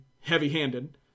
heavy-handed